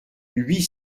huit